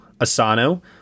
Asano